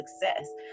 success